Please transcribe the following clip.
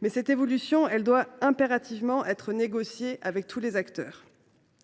mais cette évolution doit impérativement être négociée avec tous les acteurs.